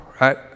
right